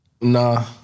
Nah